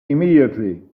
immediately